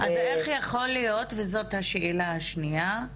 אז איך יכול להיות וזאת השאלה השניה,